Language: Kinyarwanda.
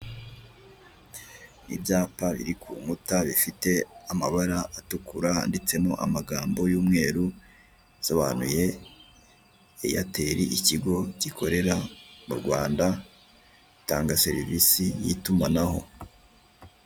Perezida Paul Kagame mu gikorwa cyo kwiyamamaza mu ishyaka efuperi inkotanyi. Hari abashinzwe umutekano we, abaturage ni benshi cyane, kandi bose bafite amadarapo y'ishyaka rya efuperi.